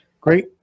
great